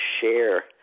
share